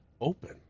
open